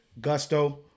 Gusto